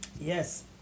Yes